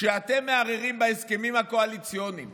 כשאתם מערערים בהסכמים הקואליציוניים